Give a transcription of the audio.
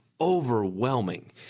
overwhelming